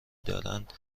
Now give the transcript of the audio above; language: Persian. دارند